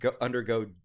undergo